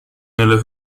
nelle